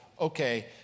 okay